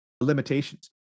limitations